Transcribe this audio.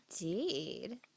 Indeed